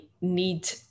need